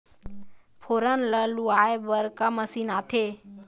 फोरन ला लुआय बर का मशीन आथे?